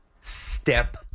Step